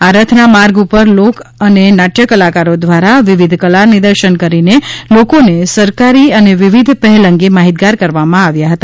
આ રથના માર્ગ ઉપર લોક અને નાટ્ય કલાકારો દ્વારા વિવિધ કળા નિદર્શન કરીને લોકોને સરકારની વિવિધ પહેલ અંગે માહિતગાર કરવામાં આવ્યા હતા